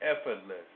effortless